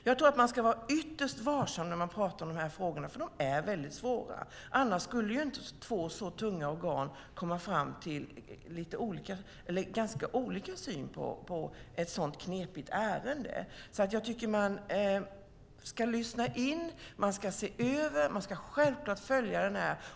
Jag tror att man ska vara ytterst varsam när man pratar om de här frågorna, för de är svåra. Annars skulle inte två så tunga organ komma fram till ganska olika syner i ett sådant knepigt ärende. Jag tycker att man ska lyssna in. Man ska se över det. Man ska självklart följa det här.